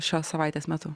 šios savaitės metu